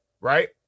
right